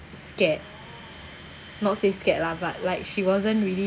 scared not say scared lah but like she wasn't really